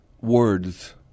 words